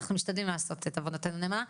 אנחנו משתדלים לעשות את עבודתנו נאמנה.